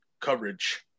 coverage